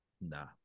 Nah